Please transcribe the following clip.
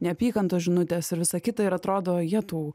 neapykantos žinutės ir visa kita ir atrodo jetau